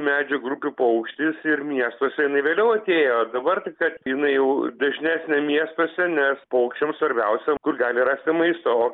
medžių grupių paukštis ir miestuose jinai vėliau atėjo dabar tik kad jinai jau dažnesnė miestuose nes paukščiams svarbiausia kur gali rasti maisto o